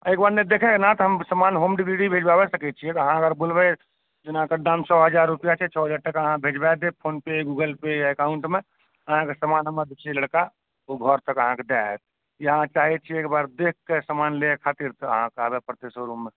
एकबार नहि देखब तऽ हम समान होम डेलिवरी भेजबाबै सकै छियै अहाँ अगर बोलबै जेना एकर दाम छओ हजार रुपआ छै छओ हजार टका अहाँ भेजवा देब फोनपे या गुगलपे या अकाउन्टमे अहाँके समान हमर छै लड़का ओ घर तक अहाँके दऽ आयत कि अहाँ चाही छी एकबेर देख कऽ समान लेय खातिर तऽ अहाँकेॅं अबऽ परतै शोरूममे